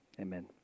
Amen